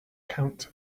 count